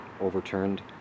overturned